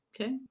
Okay